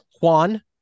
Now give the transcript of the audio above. Juan